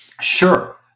Sure